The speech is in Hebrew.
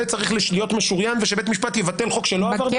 זה צריך להיות משוריין ושבית משפט יבטל חוק שלא עבר ברוב?